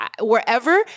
wherever